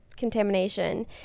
contamination